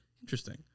interesting